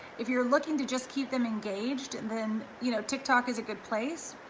if you're looking to just keep them engaged, then you know, tik tok is a good place,